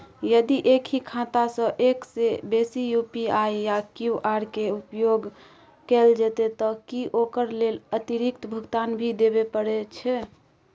यदि एक ही खाता सं एक से बेसी यु.पी.आई या क्यू.आर के उपयोग कैल जेतै त की ओकर लेल अतिरिक्त भुगतान भी देबै परै छै?